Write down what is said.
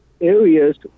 areas